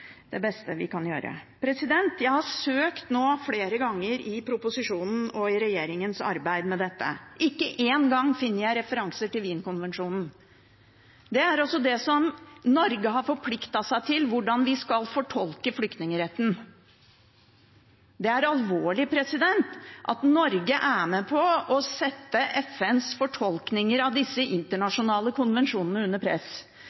det beste vi kan gjøre. Jeg har søkt flere ganger i proposisjonen og i regjeringens arbeid med dette. Ikke én gang finner jeg referanser til Wien-konvensjonen. Det er det som Norge har forpliktet seg til, hvordan vi skal fortolke flyktningretten. Det er alvorlig at Norge er med på å sette FNs fortolkninger av disse internasjonale konvensjonene under press.